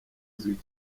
izwi